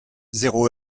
zéro